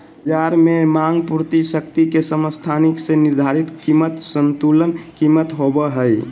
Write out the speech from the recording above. बज़ार में मांग पूर्ति शक्ति के समस्थिति से निर्धारित कीमत संतुलन कीमत होबो हइ